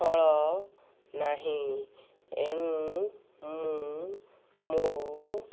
ଫଳ ନାହିଁ ଏଣୁ ମୁଁ ମୋ